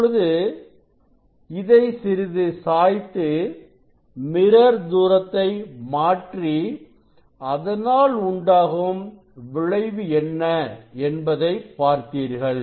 இப்பொழுது இதை சிறிது சாய்த்து மிரர் தூரத்தை மாற்றி அதனால் உண்டாகும் விளைவு என்ன என்பதை பார்த்தீர்கள்